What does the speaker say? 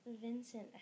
Vincent